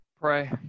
Pray